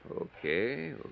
Okay